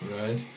Right